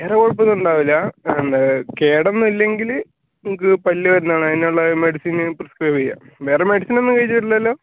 വേറെ കുഴപ്പം ഒന്നും ഉണ്ടാകില്ല പിന്നെ കേടൊന്നും ഇല്ലെങ്കിൽ നിങ്ങൾക്ക് പല്ല് വരുന്നത് ആണ് അതിനുള്ള മെഡിസിൻ പ്രിസ്ക്രൈബ് ചെയ്യാം വേറെ മെഡിസിനൊന്നും കഴിച്ചിട്ടില്ലല്ലോ